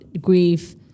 grief